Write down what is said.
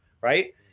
right